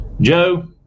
Joe